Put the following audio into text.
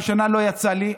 השנה לא יצא לי,